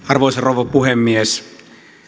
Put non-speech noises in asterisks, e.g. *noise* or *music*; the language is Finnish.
*unintelligible* arvoisa rouva puhemies